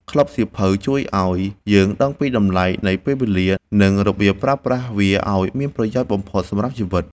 ក្លឹបសៀវភៅជួយឱ្យយើងដឹងពីតម្លៃនៃពេលវេលា និងរបៀបប្រើប្រាស់វាឱ្យមានប្រយោជន៍បំផុតសម្រាប់ជីវិត។